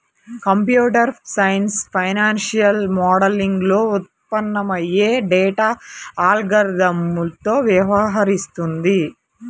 computer science financial మోడలింగ్లో ఉత్పన్నమయ్యే data అల్గారిథమ్లతో వ్యవహరిస్తుంది